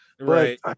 Right